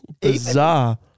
bizarre